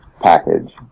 package